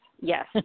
Yes